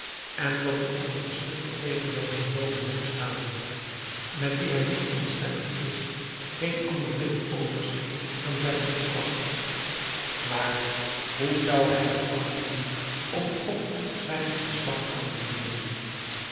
en dat een ondergeschikte tegenover een boven hem staande met wien hij niet eenstemmig is geen ander middel overschiet dan zijn ontslag maar hoe zou hij het aanvangen om god zijn ontslag aan te bieden